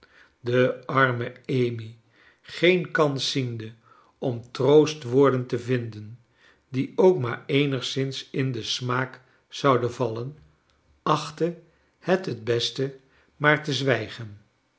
be arme amy geen kans ziende om troostwoorden te vinden die ook maar eenigszins in den smaa k zouden vallen achtte het t beste maar te zwijgen